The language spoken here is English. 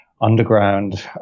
underground